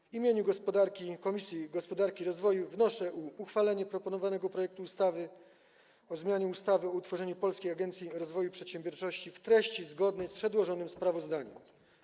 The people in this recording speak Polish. W imieniu Komisji Gospodarki i Rozwoju wnoszę o uchwalenie proponowanego projektu ustawy o zmianie ustawy o utworzeniu Polskiej Agencji Rozwoju Przedsiębiorczości w treści zgodnej z przedłożonym sprawozdaniem.